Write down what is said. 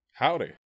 Howdy